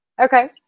Okay